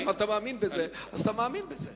אם אתה מאמין בזה, אז אתה מאמין בזה.